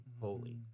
holy